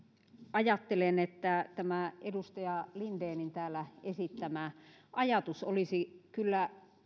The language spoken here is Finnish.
ajattelen että tämä edustaja lindenin täällä esittämä ajatus olisi kyllä